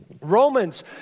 Romans